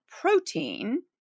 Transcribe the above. protein